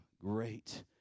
great